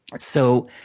so,